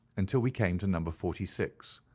until we came to number forty six,